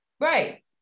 Right